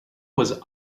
was